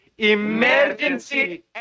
emergency